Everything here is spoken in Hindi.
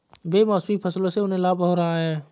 बेमौसमी फसलों से उन्हें लाभ हो रहा है